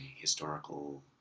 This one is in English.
historical